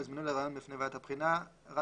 יוזמנו לראיון בפני ועדת הבחינה רק